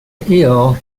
ill